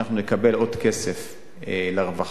אנחנו נקבל עוד כסף לרווחה.